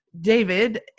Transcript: David